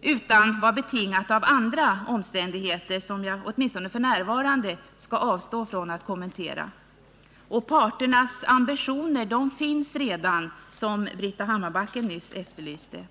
utan det var betingat av andra omständigheter som jag, åtminstone f.n., skall avstå från att kommentera. Parternas ambitioner finns redan, som Britta Hammarbacken nyss efterlyste.